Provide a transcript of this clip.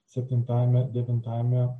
septintajame devintajame